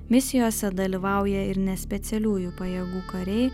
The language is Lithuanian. misijose dalyvauja ir ne specialiųjų pajėgų kariai